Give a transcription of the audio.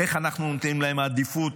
איך אנחנו נותנים להם עדיפות,